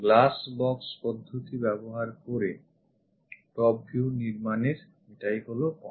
glassbox পদ্ধতি ব্যবহার করে top view নির্মাণের এটাই হলো পথ